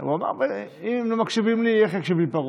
הוא אמר: אם לא מקשיבים לי, איך יקשיב לי פרעה?